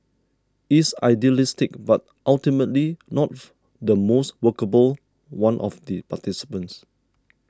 it's idealistic but ultimately not the most workable one of the participants